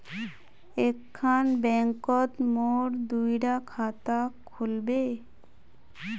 एक खान बैंकोत मोर दुई डा खाता खुल बे?